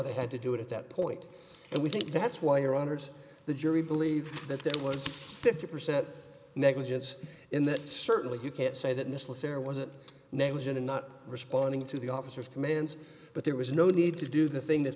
they had to do it at that point and we think that's why your honour's the jury believe that there was fifty percent negligence in that certainly you can't say that missler sara was it negligent in not responding to the officers commands but there was no need to do the thing that